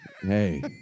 hey